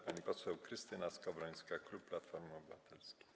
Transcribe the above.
Pani poseł Krystyna Skowrońska, klub Platforma Obywatelska.